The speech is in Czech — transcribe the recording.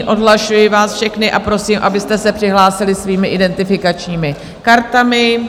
Odhlašuji vás všechny a prosím, abyste se přihlásili svými identifikačními kartami.